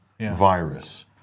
virus